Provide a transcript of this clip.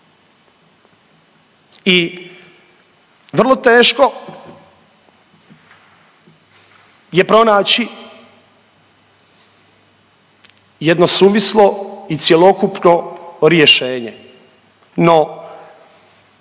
i vrlo teško je pronaći jedno suvislo i cjelokupno rješenje.